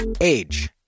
Age